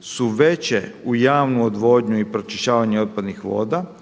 su veće u javnu odvodnju i pročišćavanje otpadnih voda,